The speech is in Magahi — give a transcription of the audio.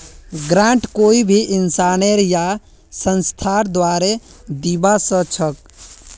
ग्रांट कोई भी इंसानेर या संस्थार द्वारे दीबा स ख छ